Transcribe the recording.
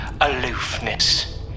aloofness